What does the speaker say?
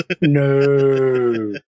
No